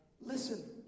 Listen